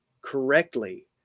correctly